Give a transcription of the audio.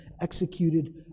executed